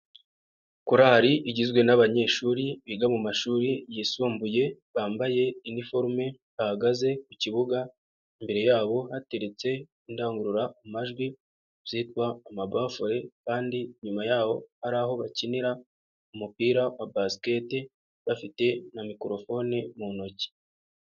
Korari igizwe n'abanyeshuri biga mu mashuri yisumbuye, bambaye iniforume, bahagaze ku kibuga, imbere yabo hateretse indangururamajwi zitwa amabafure kandi inyuma yaho ari aho bakinira umupira wa basket, bafite na microhone mu ntoki.